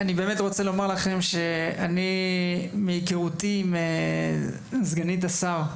אני באמת רוצה לומר לכם שמהיכרותי עם סגנית השר,